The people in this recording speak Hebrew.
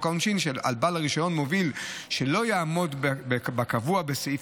העונשין על בעל רישיון מוביל שלא יעמוד בקבוע בסעיף